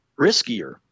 riskier